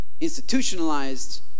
institutionalized